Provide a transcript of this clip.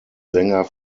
sänger